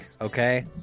okay